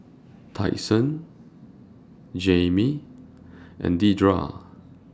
Tyson Jammie and Dedra